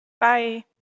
Bye